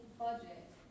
budget